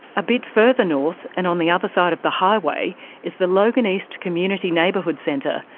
a bit further north and on the other side of the highway is the logan east community neighbourhood centre.